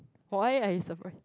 why are you surprised